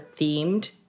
themed